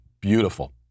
Beautiful